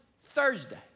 Thursday